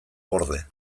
gorde